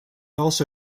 also